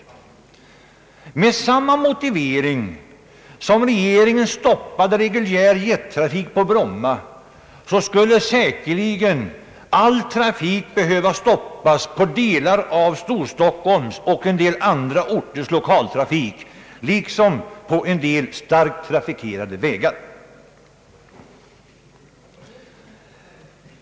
Med samma motivering som regeringen hade när den stoppade reguljär jettrafik på Bromma skulle säkerligen all trafik behöva stoppas på delar av Storstockholms och en del andra orters l1okaltrafik liksom på vissa starkt trafikerade vägar.